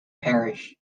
parish